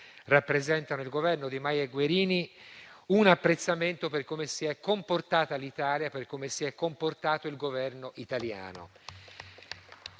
rappresentano il Governo, Di Maio e Guerini, un apprezzamento per come si è comportata l'Italia, per come si è comportato il Governo italiano,